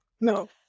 no